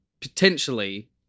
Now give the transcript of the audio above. potentially